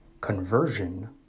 conversion